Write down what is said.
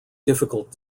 difficult